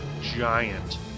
giant